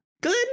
good